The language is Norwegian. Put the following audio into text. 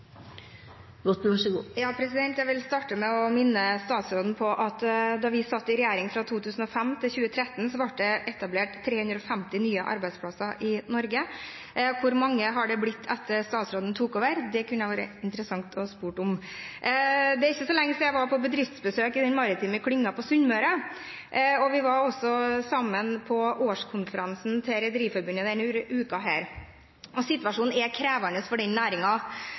Jeg vil starte med å minne statsråden på at da vi satt i regjering fra 2005 til 2013, ble det etablert 350 nye arbeidsplasser i Norge. Hvor mange har det blitt etter at statsråden tok over? Det kunne vært interessant å spørre om. Det er ikke så lenge siden jeg var på bedriftsbesøk i den maritime klynga på Sunnmøre, og vi var også sammen på årskonferansen til Rederiforbundet denne uken. Situasjonen er krevende for den